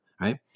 right